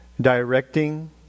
directing